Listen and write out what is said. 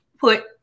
put